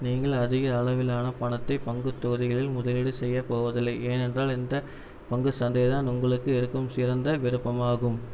நீங்கள் அதிக அளவிலான பணத்தைப் பங்குத் தொகுதிகளில் முதலீடு செய்யப் போவதில்லை ஏனென்றால் இந்தப் பங்குச் சந்தைதான் உங்களுக்கு இருக்கும் சிறந்த விருப்பமாகும்